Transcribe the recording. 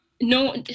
no